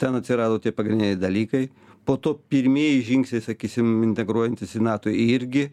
ten atsirado tie pagrindiniai dalykai po to pirmieji žingsniai sakysim integruojantis į nato irgi